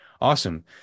Awesome